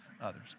others